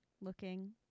looking